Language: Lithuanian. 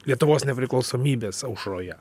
lietuvos nepriklausomybės aušroje